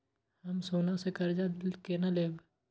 हम सोना से कर्जा केना लैब?